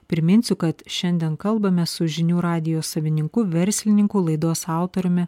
priminsiu kad šiandien kalbame su žinių radijo savininku verslininku laidos autoriumi